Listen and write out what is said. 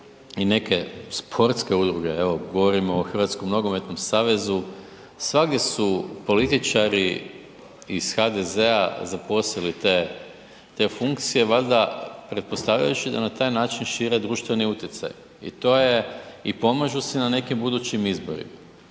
i neke sportske udruge, evo govorimo o Hrvatskom nogometnom savezu, svagdje su političari iz HDZ-a zaposlili te funkcije, valjda pretpostavljajući da na taj način šire društveni utjecaj i to je i pomažu si na nekim budućim izborima